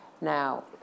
now